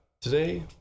today